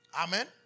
Amen